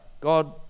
god